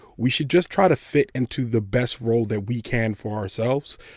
we should just try to fit into the best role that we can for ourselves,